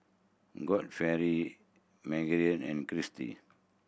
Godfrey Maegan and Kristy